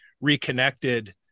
reconnected